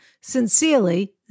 Sincerely